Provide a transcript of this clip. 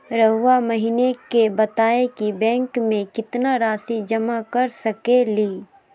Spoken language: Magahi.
रहुआ हमनी के बताएं कि बैंक में कितना रासि जमा कर सके ली?